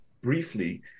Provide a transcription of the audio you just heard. briefly